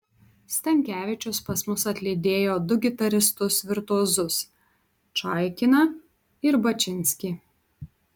stankevičius pas mus atlydėjo du gitaristus virtuozus čaikiną ir bačinskį